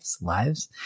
lives